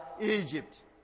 Egypt